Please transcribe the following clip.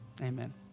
amen